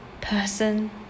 person